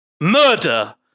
Murder